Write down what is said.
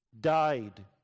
died